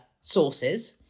sources